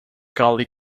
gully